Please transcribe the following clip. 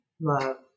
love